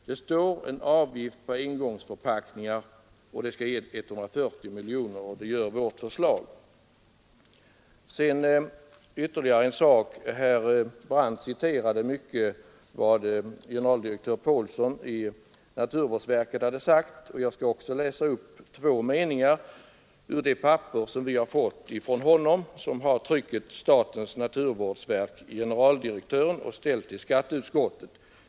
Där står att det gäller en avgift på engångsförpackningar som skall ge 140 miljoner kronor, och det gör vårt förslag. Vidare citerade herr Brandt mycket av vad generaldirektör Paulsson i naturvårdsverket har sagt. Jag skall också läsa upp två meningar ur den skrivelse som vi har fått från honom och där det står: Statens Naturvårdsverk, Generaldirektören. Skrivelsen är ställd till skatteutskottet.